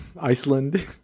Iceland